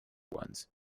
ones